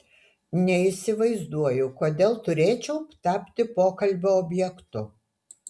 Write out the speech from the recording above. neįsivaizduoju kodėl turėčiau tapti pokalbio objektu